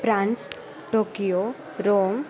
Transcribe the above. France Tokyo Rome